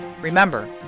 Remember